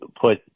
put